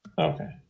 Okay